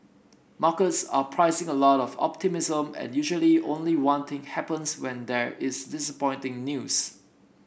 markets are pricing a lot of optimism and usually only one thing happens when there is disappointing news